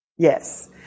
Yes